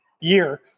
year